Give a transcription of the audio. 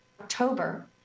October